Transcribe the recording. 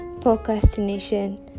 procrastination